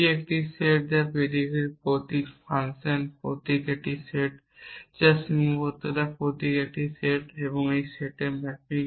একটি set predicate প্রতীক function প্রতীক একটি সেট এবং সীমাবদ্ধতা প্রতীক একটি সেট এই সেট ম্যাপিং কি